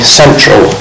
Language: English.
central